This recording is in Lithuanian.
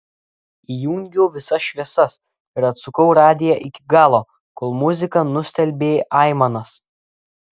įjungiau visas šviesas ir atsukau radiją iki galo kol muzika nustelbė aimanas